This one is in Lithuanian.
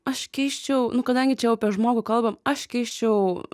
aš keisčiau nu kadangi čia jau apie žmogų kalbam aš keisčiau